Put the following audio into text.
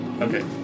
Okay